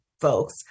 folks